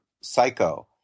psycho